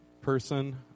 person